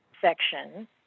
section